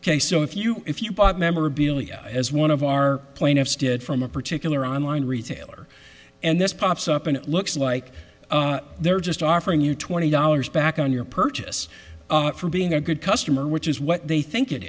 ok so if you if you bought memorabilia as one of our plaintiffs did from a particular online retailer and this pops up and looks like they're just offering you twenty dollars back on your purchase for being a good customer which is what they think it